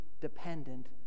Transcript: dependent